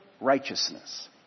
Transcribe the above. righteousness